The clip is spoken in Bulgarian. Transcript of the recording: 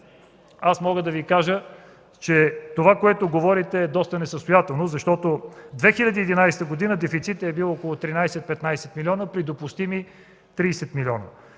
мога да Ви кажа, че това, което говорите, е доста несъстоятелно, защото през 2011 г. дефицитът е бил около 13-15 милиона при допустими 30 милиона.